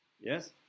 yes